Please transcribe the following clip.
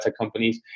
companies